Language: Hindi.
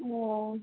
वह